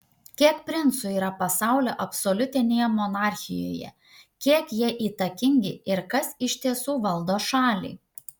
kiek princų yra pasaulio absoliutinėje monarchijoje kiek jie įtakingi ir kas iš tiesų valdo šalį